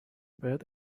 باید